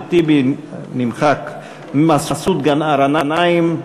אחמד טיבי, נמחק, מסעוד גנאים,